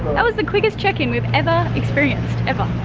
that was the quickest check-in we've ever experienced, ever.